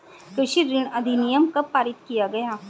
कृषि ऋण अधिनियम कब पारित किया गया?